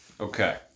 Okay